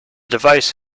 device